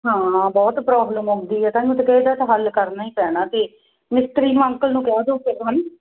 ਹਾਂ ਬਹੁਤ ਪ੍ਰੋਬਲਮ ਆਉਂਦੀ ਹੈ ਤਾਹੀਓਂ ਤਾਂ ਕਹੀ ਦਾ ਇਹ ਤਾਂ ਹੱਲ ਕਰਨਾ ਹੀ ਪੈਣਾ ਅਤੇ ਮਿਸਤਰੀ ਨੂੰ ਅੰਕਲ ਨੂੰ ਕਹਿ ਦਿਓ ਫਿਰ ਹੈ ਨਾ